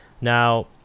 Now